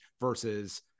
versus –